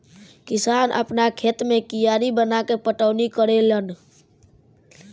किसान आपना खेत मे कियारी बनाके पटौनी करेले लेन